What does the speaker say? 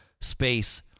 space